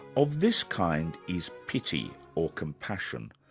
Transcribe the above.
of this kind is pity or compassion,